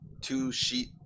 two-sheet